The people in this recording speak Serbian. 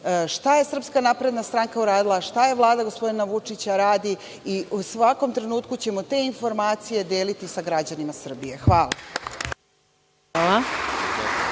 Srbije. Šta je SNS uradila, šta Vlada gospodina Vučića radi i u svakom trenutku ćemo te informacije deliti sa građanima Srbije. Hvala.